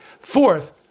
Fourth